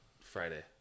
Friday